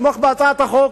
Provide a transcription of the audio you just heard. לתמוך בהצעת החוק,